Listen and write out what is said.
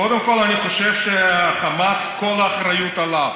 קודם כול, אני חושב שהחמאס, כל האחריות עליו.